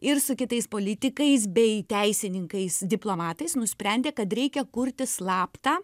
ir su kitais politikais bei teisininkais diplomatais nusprendė kad reikia kurti slaptą